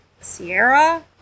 Sierra